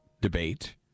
debate